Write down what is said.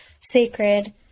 sacred